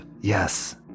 Yes